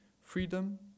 freedom